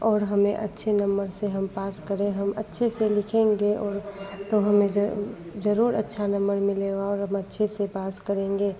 और हमें अच्छे नंबर से हम पास करें हम अच्छे से लिखेंगे और तो हमें ज़ ज़रूर अच्छा नंबर मिलेगा और हम अच्छे से पास करेंगे